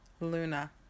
Luna